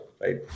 right